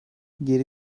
geri